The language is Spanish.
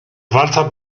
falsa